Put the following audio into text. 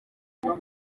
umuco